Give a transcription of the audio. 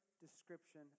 description